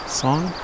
song